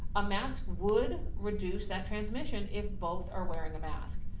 a mask would reduce that transmission, if both are wearing a mask.